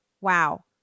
Wow